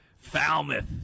Falmouth